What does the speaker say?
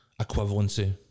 equivalency